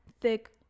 thick